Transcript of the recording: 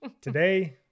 today